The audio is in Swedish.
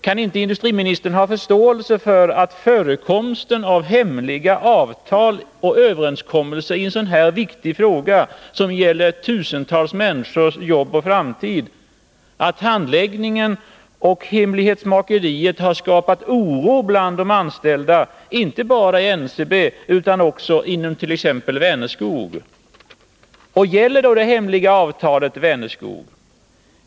Kan inte industriministern ha förståelse för att förekomsten av hemliga avtal och överenskommelser — hemlighetsmakeri — i en så viktig fråga, som gäller tusentals människors arbete och framtid, har skapat oro bland de anställda inte bara i NCB utan också inom t.ex. Vänerskog? Gäller då det hemliga avtalet Vänerskog?